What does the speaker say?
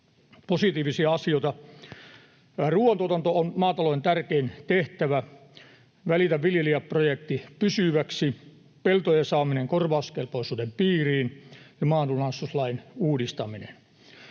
Positiivisia asioita: ruoantuotanto on maatalouden tärkein tehtävä, Välitä viljelijästä ‑projekti pysyväksi, peltojen saaminen korvauskelpoisuuden piiriin ja maanlunastuslain uudistaminen.